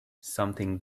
something